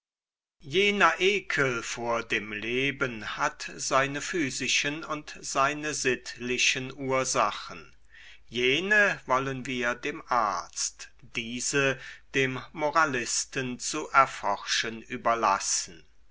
jener ekel vor dem leben hat seine physischen und seine sittlichen ursachen jene wollen wir dem arzt diese dem moralisten zu erforschen überlassen